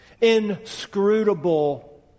Inscrutable